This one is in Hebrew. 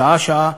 שעה-שעה,